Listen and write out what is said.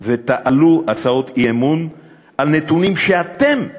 הצעות אי-אמון על נתונים שאתם בישלתם.